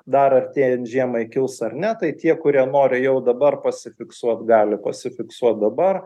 dar artėjant žiemai kils ar ne tai tie kurie nori jau dabar pasifiksuot gali pasifiksuot dabar